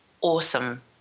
awesome